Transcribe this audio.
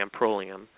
amprolium